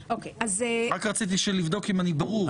רק רציתי לבדוק אם אני ברור.